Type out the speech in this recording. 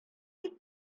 дип